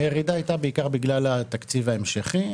הירידה הייתה בעיקר בגלל התקציב ההמשכי.